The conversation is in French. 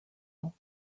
ans